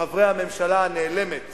חברי הממשלה הנעלמת